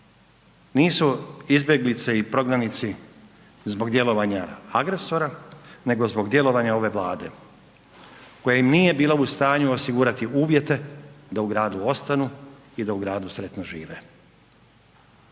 nisu izbjeglice i prognanici zbog djelovanja agresora nego zbog djelovanja ove Vlade koja im nije bila u stanju osigurati uvjete da u gradu ostanu i da u gradu sretno žive.